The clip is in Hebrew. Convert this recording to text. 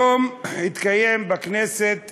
היום צוין בכנסת